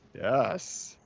Yes